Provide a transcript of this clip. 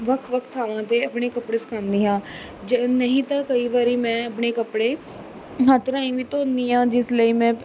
ਵੱਖ ਵੱਖ ਥਾਵਾਂ 'ਤੇ ਆਪਣੇ ਕੱਪੜੇ ਸੁਕਾਉਂਦੀ ਹਾਂ ਜੇ ਨਹੀਂ ਤਾਂ ਕਈ ਵਾਰੀ ਮੈਂ ਆਪਣੇ ਕੱਪੜੇ ਹੱਥ ਰਾਹੀਂ ਵੀ ਧੋਂਦੀ ਹਾਂ ਜਿਸ ਲਈ ਮੈਂ